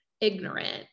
ignorant